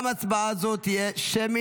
גם הצבעה זאת תהיה שמית.